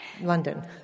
London